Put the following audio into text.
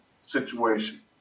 situation